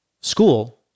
school